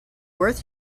worth